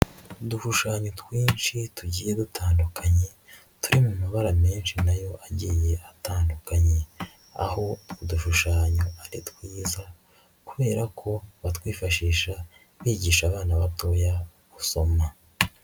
Udushushanyo twinshi tugiye dutandukanye turi mu mabara menshi na yo agiye atandukanye, aho udushushanyo ari twiza kubera ko batwifashisha bigisha abana batoya gusoma.